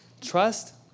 Trust